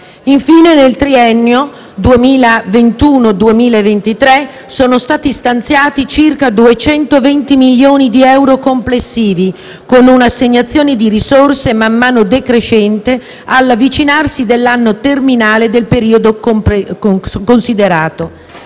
Infine, nel triennio 2001-2023 sono stati stanziati circa 220 milioni di euro complessivi, con un'assegnazione di risorse man mano decrescente all'avvicinarsi dell'anno terminale del periodo considerato.